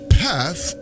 path